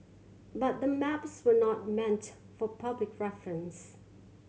but the maps were not meant for public reference